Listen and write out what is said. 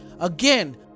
again